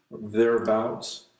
thereabouts